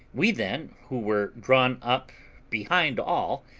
we then, who were drawn up behind all,